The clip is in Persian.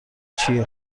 چیه